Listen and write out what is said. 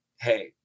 hey